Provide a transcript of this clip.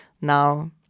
Now